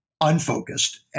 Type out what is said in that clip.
unfocused